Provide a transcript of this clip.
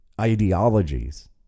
ideologies